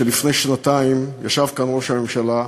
שלפני שנתיים ישב כאן ראש הממשלה,